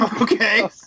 Okay